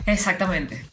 Exactamente